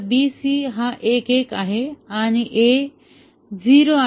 आता BC हा 1 1 आहे आणि A 0